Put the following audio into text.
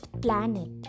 planet